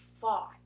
fought